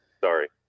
sorry